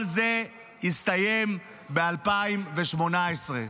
כל זה הסתיים ב-2018.